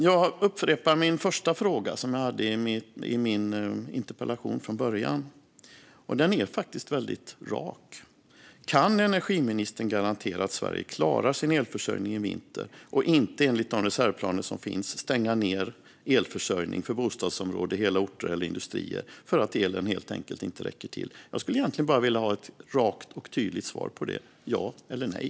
Jag upprepar min första fråga, som jag ställde i min interpellation. Den är faktiskt väldigt rak: Kan energiministern garantera att Sverige klarar sin elförsörjning i vinter och inte, enligt de reservplaner som finns, tvingas stänga ned elförsörjningen för bostadsområden, hela orter eller industrier för att elen helt enkelt inte räcker till? Jag skulle egentligen bara vilja ha ett rakt och tydligt svar på det: ja eller nej.